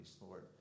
Lord